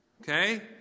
Okay